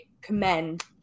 commend